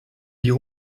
die